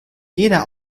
jeder